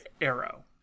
arrow